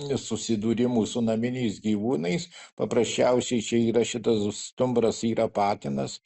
susidūrimų su naminiais gyvūnais paprasčiausiai čia yra šitas stumbras yra patinas